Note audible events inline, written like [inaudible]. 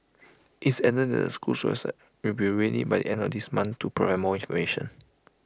it's added that the school's [unintelligible] will be ready by end this month to provide more information